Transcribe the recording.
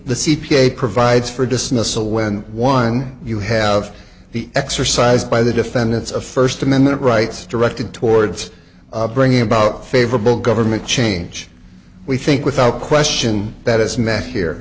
the c p a provides for dismissal when one you have the exercise by the defendants of first amendment rights directed towards bringing about favorable government change we think without question that is met here